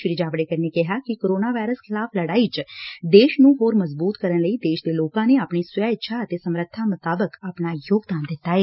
ਸ੍ਰੀ ਜਾਵੜੇਕਰ ਨੇ ਕਿਹਾ ਕਿ ਕੋਰੋਨਾ ਵਾਇਰਸ ਖਿਲਾਫ਼ ਲੜਾਈ ਚ ਦੇਸ਼ ਨੰ ਮਜ਼ਬੂਤ ਕਰਨ ਲਈ ਦੇਸ਼ ਦੇ ਲੋਕਾ ਨੇ ਆਪਣੀ ਸਵੈ ਇੱਛਾ ਅਤੇ ਸਮਰੱਬਾ ਮੁਤਾਬਿਕ ਆਪਣਾ ਯੋਗਦਾਨ ਦਿੱਤਾ ਏ